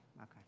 Okay